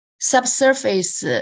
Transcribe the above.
subsurface